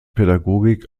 pädagogik